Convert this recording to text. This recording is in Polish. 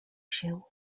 się